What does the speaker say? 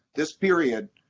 this period,